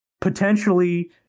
potentially